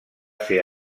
ser